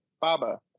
Baba